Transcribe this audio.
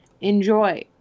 enjoy